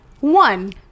one